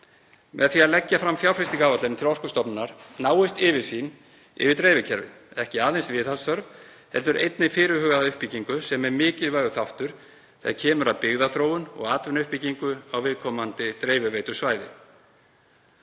Með því að leggja fram fjárfestingaráætlanir til Orkustofnunar náist yfirsýn yfir dreifikerfið, ekki aðeins viðhaldsþörf heldur einnig fyrirhugaða uppbyggingu sem er mikilvægur þáttur þegar kemur að byggðaþróun og atvinnuuppbyggingu á viðkomandi dreifiveitusvæði.